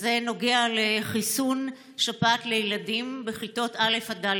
זה נוגע לחיסון שפעת לילדים בכיתות א' ד'.